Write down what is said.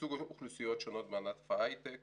ייצוג אוכלוסיות שונות בענף ההיי-טק